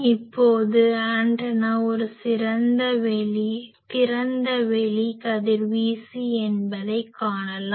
இப்போது ஆண்டெனா ஒரு திறந்த வெளி கதிர்வீசி என்பதை காணலாம்